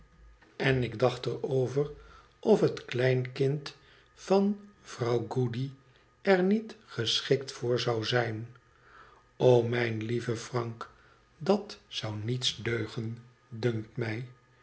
en ik dacht er over of het kleinkmd van vrouw goody er niet geschikt voor zou zijn o mijn lieve frank i d a t zou niets deugen dunkt mij